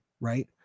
right